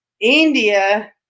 India